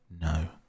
no